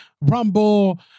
Rumble